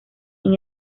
sin